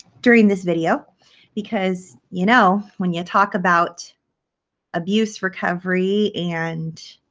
during this video because, you know, when you talk about abuse recovery and